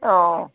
ഓ